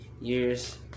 years